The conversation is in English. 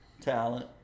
talent